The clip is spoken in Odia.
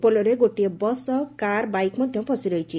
ପୋଲରେ ଗୋଟିଏ ବସ୍ ସହ କାରବାଇକ୍ ମଧ୍ଧ ଫସିରହିଛି